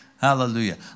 Hallelujah